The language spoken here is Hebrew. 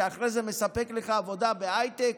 שאחרי זה מספק לך עבודה בהייטק,